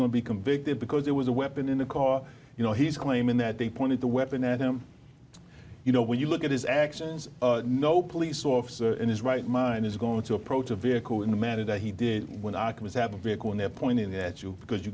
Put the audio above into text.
going to be convicted because there was a weapon in the car you know he's claiming that they pointed the weapon at him you know when you look at his actions no police officer in his right mind is going to approach a vehicle in the manner that he did when i was have a break when they're pointing that you because you